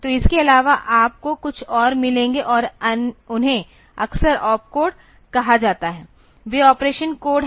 तो इसके अलावा आपको कुछ और मिलेंगे और उन्हें अक्सर ऑपकोड कहा जाता है वे ऑपरेशन कोड हैं